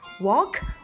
Walk